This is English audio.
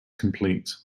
complete